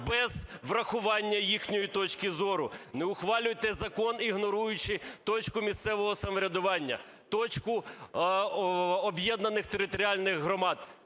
без урахування їхньої точки зору. Не ухвалюйте закон, ігноруючи точку місцевого самоврядування, точку об'єднаних територіальних громад,